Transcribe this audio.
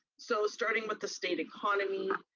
so starting with the state economy.